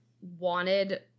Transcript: wanted